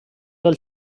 del